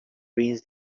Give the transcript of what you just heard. brains